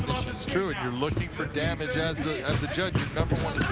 true if you're looking for damage as as the judges, number one